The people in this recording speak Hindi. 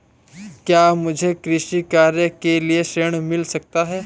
क्या मुझे कृषि कार्य के लिए ऋण मिल सकता है?